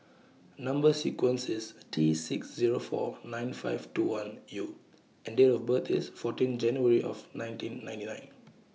Number sequence IS T six Zero four nine five two one U and Date of birth IS fourteen January nineteen ninety nine